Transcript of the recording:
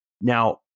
Now